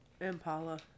Impala